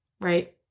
Right